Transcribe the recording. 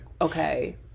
okay